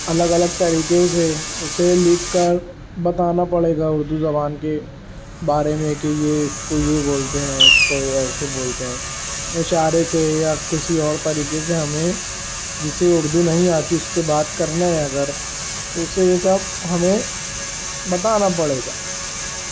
الگ الگ طریقے سے اسے لکھ کر بتانا پڑے گا اردو زبان کے بارے میں کہ یہ اس کو یہ بولتے ہیں اس کو یہ ایسے بولتے ہیں اشارے سے یا کسی اور طریقے سے ہمیں جسے اردو نہیں آتی اس سے بات کرنی اگر تو اسے یہ سب ہمیں بتانا پڑے گا